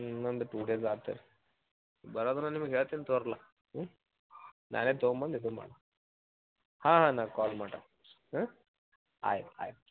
ಇನ್ನೊಂದು two days ಆತ್ ರೀ ಬರೋದ ನಾ ನಿಮಗೆ ಹೇಳ್ತೀನಿ ತಗೋರಲ್ಲ ಹ್ಞೂ ನಾನೇ ತಗೊಂಬಂದು ಇದನ್ನು ಮಾಡಿ ಹಾಂ ಹಾಂ ನಾ ಕಾಲ್ ಮಾಡಿರಿ ಹಾಂ ಆಯ್ತು ಆಯ್ತು